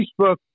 Facebook